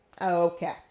Okay